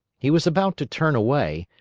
he was about to turn away,